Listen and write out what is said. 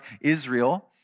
Israel